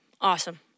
Awesome